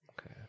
Okay